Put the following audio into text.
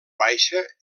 baixa